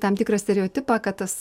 tam tikrą stereotipą kad tas